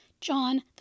John